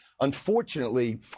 Unfortunately